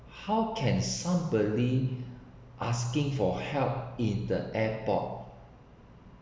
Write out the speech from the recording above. how can somebody asking for help in the airport